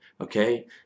okay